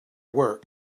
work